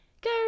go